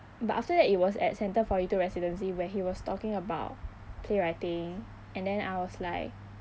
but after that it was at centre forty two residency where he was talking about playwriting and then I was like